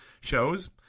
shows